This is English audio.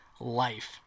life